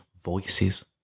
voices